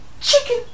chicken